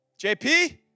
JP